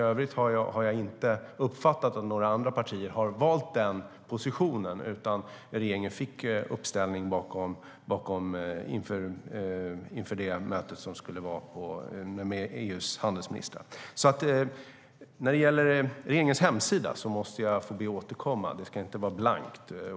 Jag har dock inte uppfattat att några andra partier har valt denna position, utan regeringen har fått stöd inför mötet med EU:s handelsministrar. Vad gäller regeringens hemsida ber jag att få återkomma. Det ska inte vara blankt.